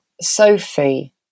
Sophie